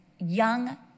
young